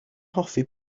hoffi